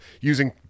Using